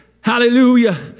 hallelujah